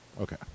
Okay